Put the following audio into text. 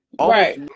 right